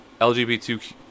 LGBTQ